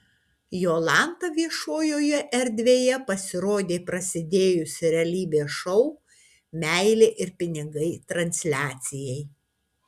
jolanta viešojoje erdvėje pasirodė prasidėjus realybės šou meilė ir pinigai transliacijai